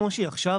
כמו שהיא עכשיו,